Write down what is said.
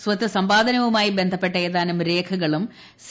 സ്വത്തു സമ്പാദനവുമായി ബന്ധപ്പെട്ട ഏതാനും രേഖകളും സി